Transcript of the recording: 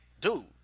dude